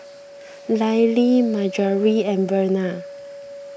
Lyle Marjory and Verna